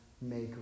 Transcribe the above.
make